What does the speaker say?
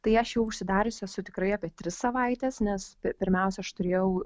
tai aš jau užsidariusi esu tikrai apie tris savaites nes pirmiausia aš turėjau